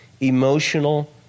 emotional